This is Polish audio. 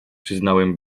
przyznałem